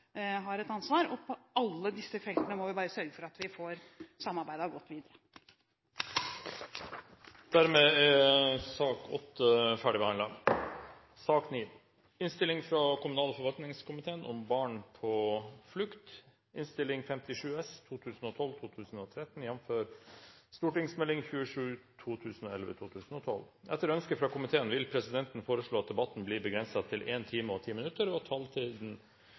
har et ansvar, og på alle disse feltene må vi bare sørge for at vi får samarbeidet godt videre. Dermed er sak nr. 8 ferdigbehandlet. Etter ønske fra kommunal- og forvaltningskomiteen vil presidenten foreslå at debatten begrenses til 1 time og 10 minutter og at taletiden